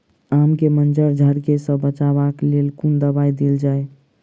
आम केँ मंजर झरके सऽ बचाब केँ लेल केँ कुन दवाई देल जाएँ छैय?